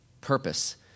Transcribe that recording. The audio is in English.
purpose